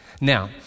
Now